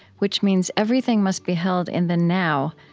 which means everything must be held in the now,